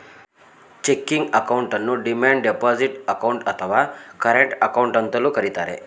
checking ಅಕೌಂಟನ್ನು demand deposit account, ಅಥವಾ current account ಅಂತಲೂ ಕರಿತರೆ